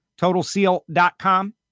TotalSeal.com